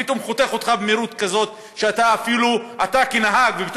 פתאום חותך אותך במהירות כזאת שאפילו אתה כנהג כבר